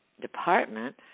department